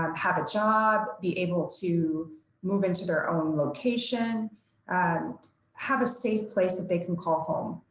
um have a job, be able to move into their own location and have a safe place that they can call home.